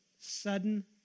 sudden